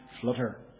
flutter